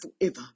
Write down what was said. forever